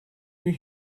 you